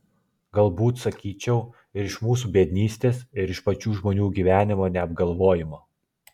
galbūt sakyčiau ir iš mūsų biednystės ir iš pačių žmonių gyvenimo neapgalvojimo